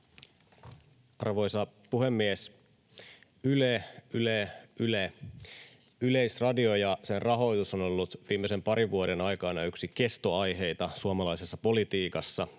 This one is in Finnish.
Arvoisa puhemies! Yle, Yle, Yle — Yleisradio ja sen rahoitus on ollut viimeisen parin vuoden aikana yksi kestoaiheita suomalaisessa politiikassa.